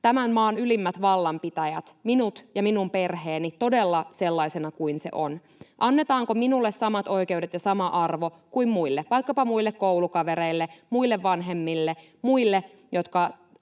tämän maan ylimmät vallanpitäjät, minut ja minun perheeni todella sellaisena kuin se on. Annetaanko minulle samat oikeudet ja sama arvo kuin muille, vaikkapa muille koulukavereille, muille vanhemmille, muille, jotka